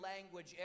language